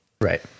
Right